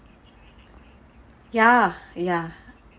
ya ya